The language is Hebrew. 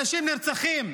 אנשים נרצחים,